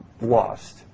lost